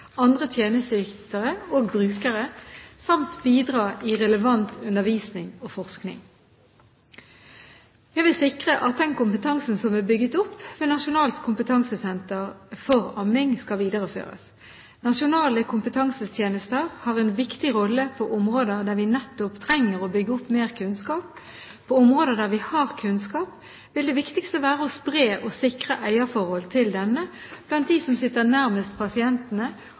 andre tjenesteytere og brukere samt bidra i relevant undervisning og forskning. Jeg vil sikre at den kompetansen som er bygget opp ved Nasjonalt kompetansesenter for amming, skal videreføres. Nasjonale kompetansetjenester har en viktig rolle på områder der vi nettopp trenger å bygge opp mer kunnskap. På områder der vi har kunnskap, vil det viktigste være å spre og sikre eierforhold til denne blant dem som sitter nærmest pasientene